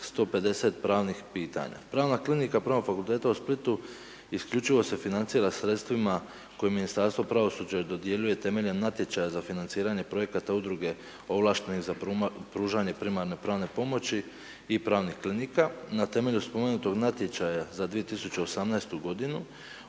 150 pravnih pitanja. Pravna klinika Pravnog fakultetu u Splitu, isključivo se financira sredstva kojima Ministarstvo pravosuđa dodjeljuju temeljem natječaja za financiranje, projekata udruge ovlaštene za pružanje primarnih pravne pomoći i pravnih klinika na temelju spomenutog natječaja za 2018. g.